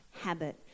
habit